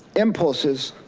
impulses,